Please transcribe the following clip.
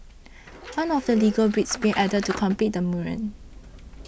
one of the Lego bricks being added to complete the mural